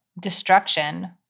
destruction